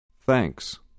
Thanks